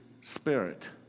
Spirit